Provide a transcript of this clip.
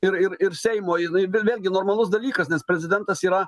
ir ir ir seimo jinai vėl vėlgi normalus dalykas nes prezidentas yra